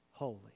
holy